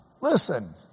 listen